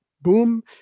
Boom